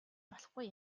болохгүй